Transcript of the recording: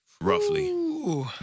roughly